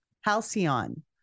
halcyon